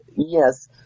Yes